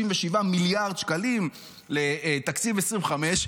37 מיליארד שקלים לתקציב 2025,